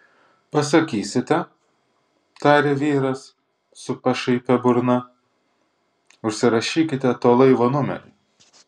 pasakysite tarė vyras su pašaipia burna užsirašykite to laivo numerį